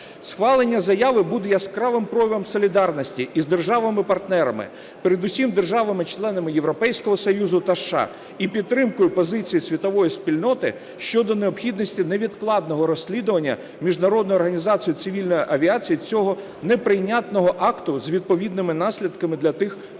Схвалення заяви буде яскравим проявом солідарності із державами-партнерами, передусім державами-членами Європейського Союзу та США, і підтримкою позицій світової спільноти щодо необхідності невідкладного розслідування Міжнародною організацією цивільної авіації цього неприйнятного акту з відповідними наслідками для тих, хто